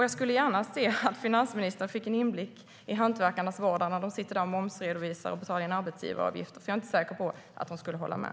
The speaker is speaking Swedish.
Jag skulle gärna se att finansministern fick en inblick i hantverkarnas vardag när de sitter där och momsredovisar och betalar in arbetsgivaravgifter, för jag är inte säker på att de skulle hålla med.